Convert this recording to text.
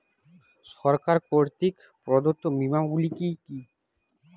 সরকার কর্তৃক প্রদত্ত বিমা গুলি কি কি?